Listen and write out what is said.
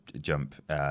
jump